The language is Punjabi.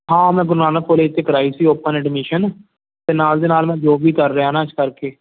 ਹਾਂ ਮੈਂ ਗੁਰੂ ਨਾਨਕ ਕੋਲਜ ਤੇ ਕਰਵਾਈ ਸੀ ਓਪਨ ਐਡਮਿਸ਼ਨ ਅਤੇ ਨਾਲ ਦੀ ਨਾਲ ਮੈਂ ਜੋਬ ਵੀ ਕਰ ਰਿਹਾ ਨਾ ਇਸ ਕਰਕੇ